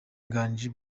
nganji